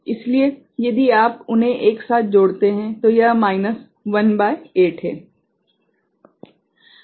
इसलिए यदि आप उन्हें एक साथ जोड़ते हैं तो यह माइनस 1 भागित 8 है